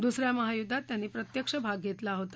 दुस या महायुद्वात त्यांनी प्रत्यक्ष भाग घेतला होता